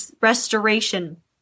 restoration